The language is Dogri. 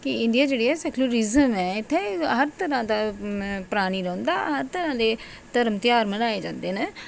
की इंड़िया जेह्ड़ी सैकरलिज्म इत्थै हर तरह् दा प्राणी रौंह्दा हर तरह् दे धर्म धेयार मनाए जंदे न